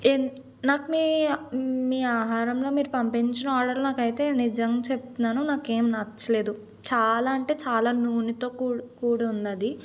ఈన్ నాకు మీ మీ ఆహారంలో మీరు పంపించిన ఆర్డర్లు నాకైతే నిజం చెప్తున్నాను నాకేం నచ్చలేదు చాలా అంటే చాలా నూనెతో కూ కూడి ఉన్నది